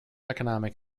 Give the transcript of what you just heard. economic